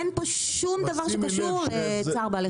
אין פה שום דבר שקשור לצער בעלי חיים.